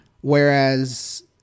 whereas